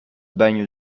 bagne